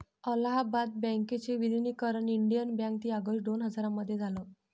अलाहाबाद बँकेच विलनीकरण Indian bank तीन ऑगस्ट दोन हजार मध्ये झालं